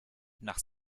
nach